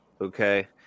Okay